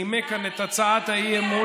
שנימק כאן את הצעת האי-אמון,